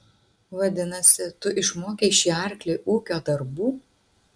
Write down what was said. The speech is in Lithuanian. vadinasi tu išmokei šį arklį ūkio darbų